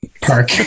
park